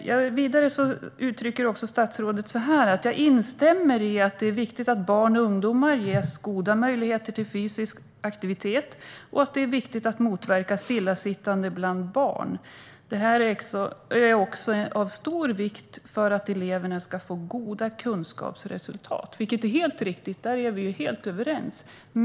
Vidare säger statsrådet att han instämmer i att det är viktigt att barn och ungdomar ges goda möjligheter till fysisk aktivitet, att det är viktigt att motverka stillasittande bland barn och att det också är av stor vikt för att eleverna ska få goda kunskapsresultat, vilket är helt riktigt. Där är vi helt överens.